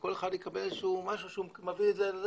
שכל אחד יקבל איזה שהוא משהו שהוא מביא את זה,